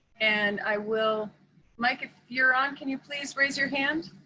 and i will mike, if you're on, can you please raise your hand?